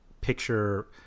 picture